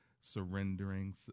surrendering